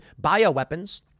bioweapons